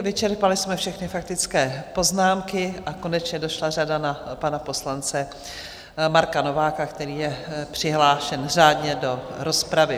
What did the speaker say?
Vyčerpali jsme všechny faktické poznámky a konečně došla řada na pana poslance Marka Nováka, který je přihlášen řádně do rozpravy.